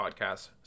Podcasts